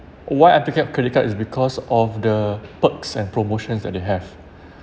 why I take up credit card is because of the perks and promotions that they have